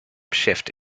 shift